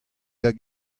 hag